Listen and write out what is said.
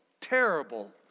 terrible